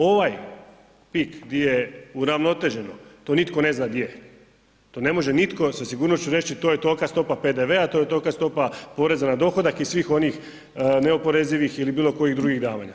Ovaj pik gdje je uravnoteženo, to nitko ne zna gdje je, to ne može nitko sa sigurnošću reći to je tolika stopa PDV-a, to je tolika stopa poreza na dohodak i svih onih neoporezivih ili bilo kojih drugih davanja.